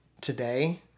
today